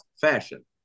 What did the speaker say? fashion